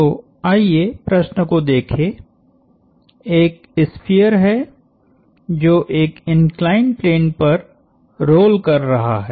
तो आइए प्रश्न को देखें एक स्फीयर है जो एक इंक्लाइंड प्लेन पर रोल कर रहा है